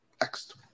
Next